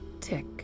Tick